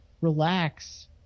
relax